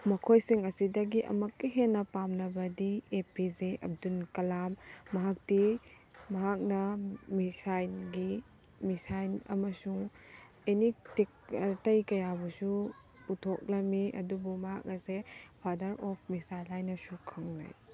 ꯃꯈꯣꯏꯁꯤꯡ ꯑꯁꯤꯗꯒꯤ ꯑꯃꯛꯀꯥ ꯍꯦꯟꯅ ꯄꯥꯝꯅꯕꯗꯤ A P J Abdul Kalam ꯃꯍꯥꯛꯇꯤ ꯃꯍꯥꯛꯅ ꯃꯤꯁꯥꯏꯜꯒꯤ ꯃꯤꯁꯥꯏꯟ ꯑꯃꯁꯨꯡ ꯑꯦꯅꯤ ꯑꯇꯩ ꯀꯌꯥꯕꯨꯁꯨ ꯄꯨꯊꯣꯛꯂꯝꯃꯤ ꯑꯗꯨꯕꯨ ꯃꯍꯥꯛ ꯑꯁꯦ ꯐꯥꯗꯔ ꯑꯣꯐ ꯃꯤꯁꯥꯏꯜ ꯍꯥꯏꯅꯁꯨ ꯈꯪꯅꯩ